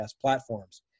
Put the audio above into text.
platforms